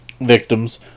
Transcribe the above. ...victims